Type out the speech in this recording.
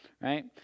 right